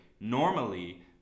Normally